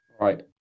Right